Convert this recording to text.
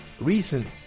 recent